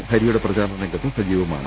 ഹരിയുടെ പ്രചരണരംഗത്ത് സജീവമാണ്